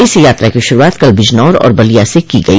इस यात्रा की शुरूआत कल बिजनौर और बलिया से की गई